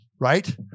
right